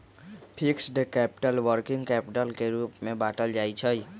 fixed capital, working capital के रूप में बाटल जाइ छइ